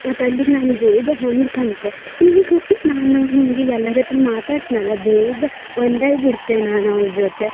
ಮತ್ತಲ್ಲಿಗೆ ನಾನು ಬೇಗ ಹೊಂದ್ಕಂತೆ ನಿಂಗೆ ಗೊತ್ತಿತ್ತು ನಾನು ಹೀಗೆ ಎಲ್ಲರತ್ರು ಮಾತಾಡ್ತಿನಲ್ಲ ಬೇಗ ಒಂದಾಯ್ ಬಿಡ್ತೆ ನಾನವ್ರ ಜೊತೆ